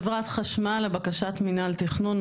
חברת חשמל נתנה לבקשת מנהל תכנון.